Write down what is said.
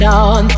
on